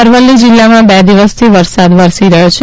અરવલ્લી જિલ્લામાં બે દિવસથી વરસાદ વરસી રહ્યો છે